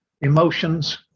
emotions